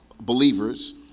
believers